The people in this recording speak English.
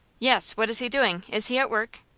yes. what is he doing? is he at work?